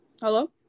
Hello